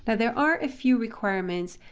ah there are a few requirements.